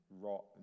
rot